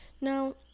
now